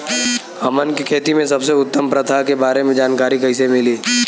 हमन के खेती में सबसे उत्तम प्रथा के बारे में जानकारी कैसे मिली?